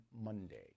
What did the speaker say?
monday